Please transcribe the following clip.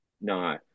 No